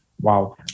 wow